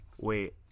wait